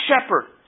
shepherd